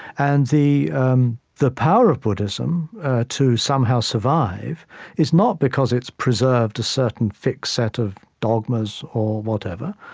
and the the power of buddhism to somehow survive is not because it's preserved a certain fixed set of dogmas or whatever,